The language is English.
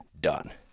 done